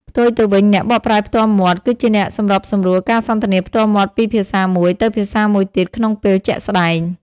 ផ្ទុយទៅវិញ អ្នកបកប្រែផ្ទាល់មាត់ គឺជាអ្នកសម្របសម្រួលការសន្ទនាផ្ទាល់មាត់ពីភាសាមួយទៅភាសាមួយទៀតក្នុងពេលជាក់ស្ដែង។